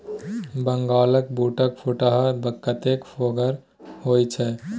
बंगालक बूटक फुटहा कतेक फोकगर होए छै